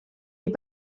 est